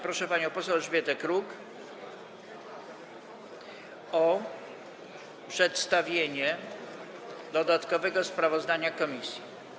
Proszę panią poseł Elżbietę Kruk o przedstawienie dodatkowego sprawozdania komisji.